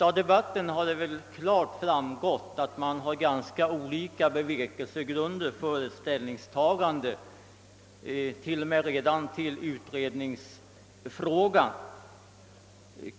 Av debatten har det väl klart framgått att man har ganska olika bevekelsegrunder för ett ställningstagande redan till utredningsfrågan.